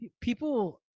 People-